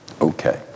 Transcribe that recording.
Okay